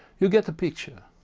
you get the picture.